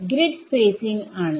grid spacing ആണ്